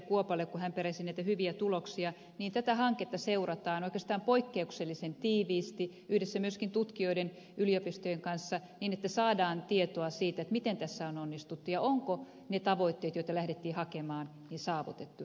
kuopalle kun hän peräsi näitä hyviä tuloksia niin tätä hanketta seurataan oikeastaan poikkeuksellisen tiiviisti yhdessä myöskin tutkijoiden yliopistojen kanssa niin että saadaan tietoa siitä miten tässä on onnistuttu ja ovatko ne tavoitteet joita lähdettiin hakemaan saavutettu